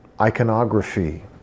iconography